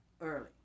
early